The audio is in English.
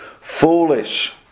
foolish